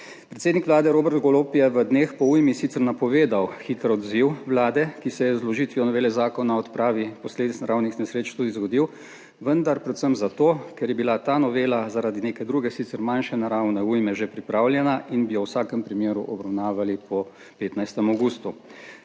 Predsednik Vlade Robert Golob je v dneh po ujmi sicer napovedal hiter odziv Vlade, ki se je z vložitvijo novele Zakona o odpravi posledic naravnih nesreč tudi zgodil, vendar predvsem zato, ker je bila ta novela zaradi neke druge, sicer manjše naravne ujme, že pripravljena in bi jo v vsakem primeru obravnavali po 15. avgustu.